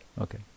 Okay